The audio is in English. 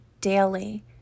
daily